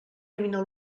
camina